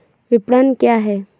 विपणन क्या है?